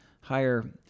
higher